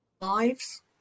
lives